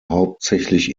hauptsächlich